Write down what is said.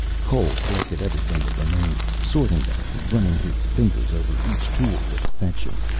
cole collected everything that remained, sorting them, running his fingers over each tool with affection.